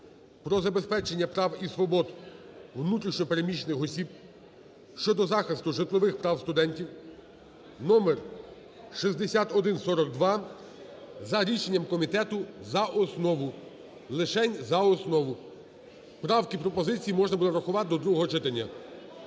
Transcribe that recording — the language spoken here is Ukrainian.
"Про забезпечення прав і свобод внутрішньо переміщених осіб" щодо захисту житлових прав студентів (№ 6142) за рішенням комітету за основу. Лишень за основу. Правки і пропозиції можна буде врахувати до другого читання.